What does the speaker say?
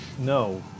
No